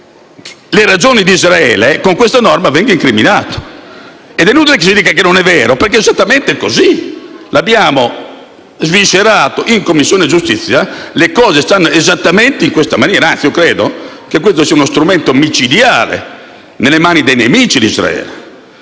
le ragioni d'Israele, con questa norma vengo incriminato ed è inutile che si dica che non è vero, perché è esattamente così. Abbiamo sviscerato il punto in Commissione giustizia e le cose stanno esattamente in questa maniera. Anzi, credo che questo sia uno strumento micidiale nelle mani dei nemici d'Israele,